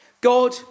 God